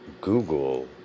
Google